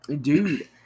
dude